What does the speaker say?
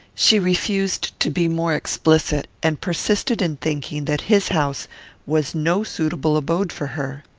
she refused to be more explicit, and persisted in thinking that his house was no suitable abode for her.